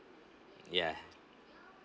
ya